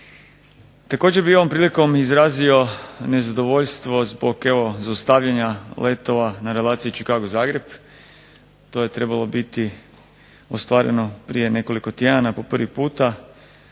Također bi ovom prilikom izrazio nezadovoljstvo zbog evo zaustavljanja letova na relaciji Chicago-Zagreb. To je trebalo biti ostvareno prije nekoliko tjedana po prvi puta.